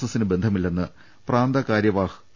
എസിന് ബന്ധമില്ലെന്ന് പ്രാന്തകാരൃവാഹ് പി